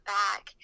back